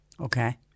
Okay